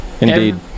Indeed